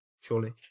surely